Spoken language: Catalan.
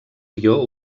guió